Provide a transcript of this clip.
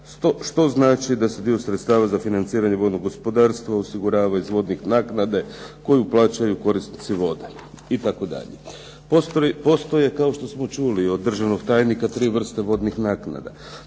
što znači da se dio sredstava za financiranje vodnog gospodarstva osigurava iz vodnih naknada koju plaćaju korisnici voda itd. Postoje, kao što smo čuli od državnog tajnika tri vrste vodnih naknada,